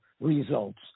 results